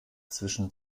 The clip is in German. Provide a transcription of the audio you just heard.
zwischen